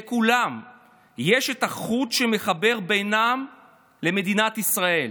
לכולם יש את החוט שמחבר בינם למדינת ישראל.